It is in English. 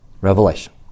Revelation